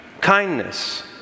kindness